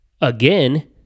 again